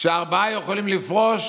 שארבעה יכולים לפרוש